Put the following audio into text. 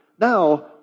now